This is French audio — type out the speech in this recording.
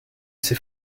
ses